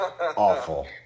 awful